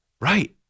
Right